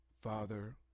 father